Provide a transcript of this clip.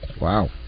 Wow